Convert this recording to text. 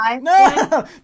No